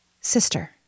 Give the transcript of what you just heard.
Sister